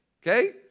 Okay